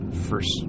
first